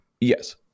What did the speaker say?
Yes